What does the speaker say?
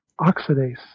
oxidase